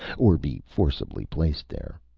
or be forcibly placed there.